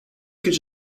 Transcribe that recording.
could